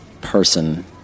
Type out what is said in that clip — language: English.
person